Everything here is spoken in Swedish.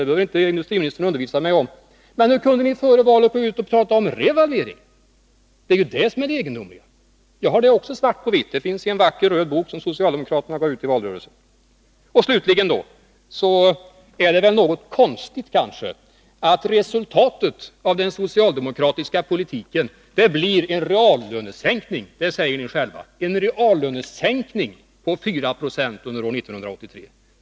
Det behöver inte industriministern undervisa mig om. Men hur kunde ni före valet gå ut och prata om revalvering? Det är ju det som är det egendomliga. Jag har det också svart på vitt — i en vacker röd bok som socialdemokraterna gav ut i valrörelsen. Slutligen är det kanske något konstigt att resultatet av den socialdemokratiska politiken blir en reallönesänkning — det säger ni själva — på 4 Yo under år 1983.